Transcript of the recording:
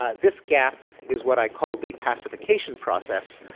ah this gap is what i call the pacification process.